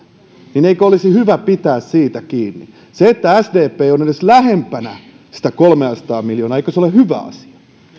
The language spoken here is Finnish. niin eikö olisi hyvä pitää siitä kiinni sdp on edes lähempänä sitä kolmeasataa miljoonaa eikö se ole hyvä asia